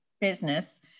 business